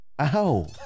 Ow